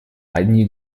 одни